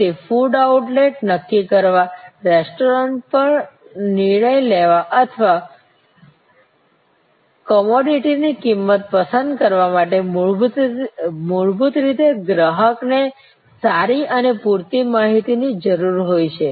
તેથી food outlet નક્કી કરવા રેસ્ટોરન્ટ પર નિર્ણય લેવા અથવા કોમોડિટીની કિંમત પસંદ કરવા માટે મૂળભૂત રીતે ગ્રાહકને સારી અને પૂરતી માહિતીની જરૂર હોય છે